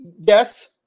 Yes